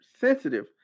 sensitive